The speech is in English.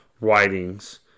writings